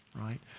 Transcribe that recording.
Right